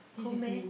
cold meh